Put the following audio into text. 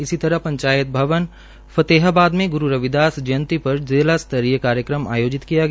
इसी तरह पंचायत भवन फतेहाबाद में ग्रू रविदास जयंती पर जिला स्तरीय कार्यक्रम आयोजित किया गया